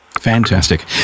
Fantastic